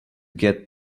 get